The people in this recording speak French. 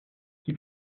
qui